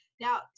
Now